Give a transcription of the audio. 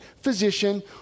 physician